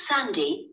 Sandy